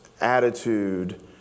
attitude